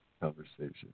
conversation